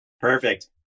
Perfect